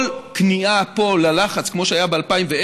כל כניעה פה ללחץ, כמו שהיה ב-2010,